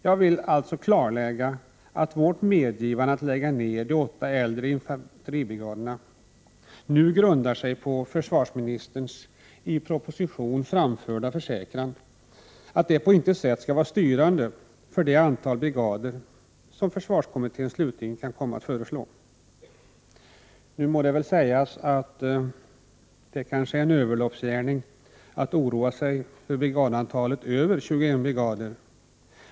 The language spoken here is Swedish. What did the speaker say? Jag vill alltså klarlägga att vårt medgivande att lägga ner de åtta äldre infanteribrigaderna nu grundar sig på försvarsministerns i propositionen framförda försäkran att detta på intet sätt skall vara styrande för det antal brigader som försvarskommittén slutligen kan komma att föreslå. Nu må det väl sägas att det kanske är en överloppsgärning att oroa sig för brigadantalet över 21.